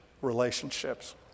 relationships